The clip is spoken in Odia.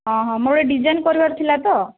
ହଁ ହଁ ମୋର ଗୋଟେ ଡିଜାଇନ୍ କରିବାର ଥିଲା ତ